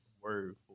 word